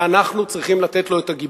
ואנחנו צריכים לתת לו את הגיבוי,